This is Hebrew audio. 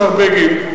השר בגין,